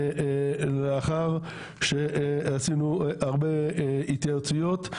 לאחר שעשינו הרבה התייעצויות,